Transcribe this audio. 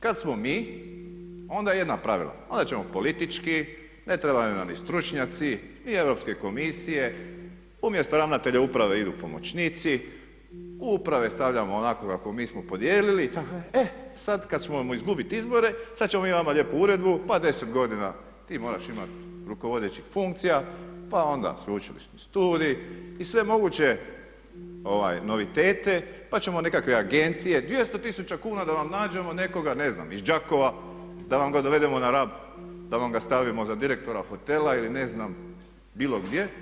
Kad smo mi onda jedno pravilo, onda ćemo politički, ne trebaju nam ni stručnjaci ni Europske komisije, umjesto ravnatelja uprave idu pomoćnici, u uprave stavljamo onako kako mi smo podijelili, e sad kad ćemo izgubiti izbore sad ćemo mi vama lijepo uredbu pa 10 godina ti moraš imati rukovodeće funkcije, pa onda sveučilišni studij i sve moguće novitete, pa ćemo nekakve agencije, 200 tisuća kuna da vam nađemo, nekoga iz Đakova da vam ga dovedemo na Rab da vam ga stavimo za direktora hotela ili ne znam bilo gdje.